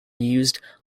used